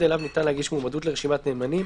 אליו ניתן להגיש מועמדות לרשימת נאמנים